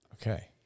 Okay